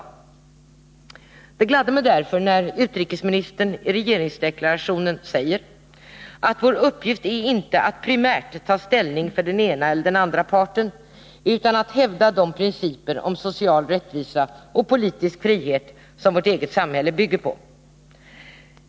Därför gladde det mig när utrikesministern i regeringsdeklarationen uttalade att vår uppgift inte är att primärt ta ställning till den ena eller den andra parten utan att hävda de principer om social rättvisa och politisk frihet som vårt eget samhälle bygger på.